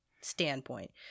standpoint